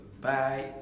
Bye